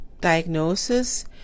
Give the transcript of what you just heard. diagnosis